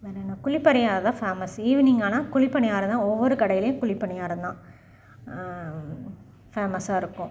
வேறு என்ன குழிபணியாரம் தான் ஃபேமஸ்ஸு ஈவினிங் ஆனால் குழிபணியாரம் தான் ஒவ்வொரு கடைலேயும் குழிபணியாரம் தான் ஃபேமஸ்ஸாக இருக்கும்